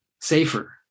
safer